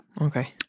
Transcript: Okay